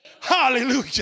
Hallelujah